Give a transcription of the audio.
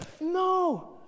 No